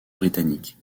britanniques